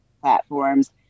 platforms